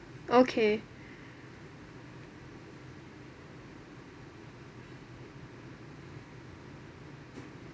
okay